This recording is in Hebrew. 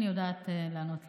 אני יודעת לענות לבד.